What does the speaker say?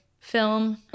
Film